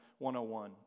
101